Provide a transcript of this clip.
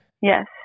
yes